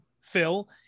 Phil